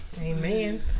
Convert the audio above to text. Amen